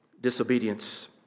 disobedience